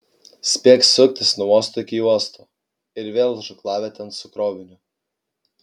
spėk suktis nuo uosto iki uosto ir vėl žūklavietėn su kroviniu